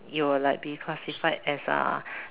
you will like be classified as uh